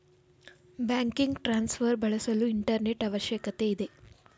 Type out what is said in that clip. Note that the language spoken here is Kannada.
ಬ್ಯಾಂಕಿಂಗ್ ಟ್ರಾನ್ಸ್ಫರ್ ಬಳಸಲು ಇಂಟರ್ನೆಟ್ ಅವಶ್ಯಕತೆ ಇದೆ